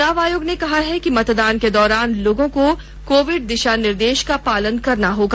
चुनाव आयोग ने कहा है कि मतदान के दौरान लोगों को कोविड दिशा निर्देश का पालन करना होगा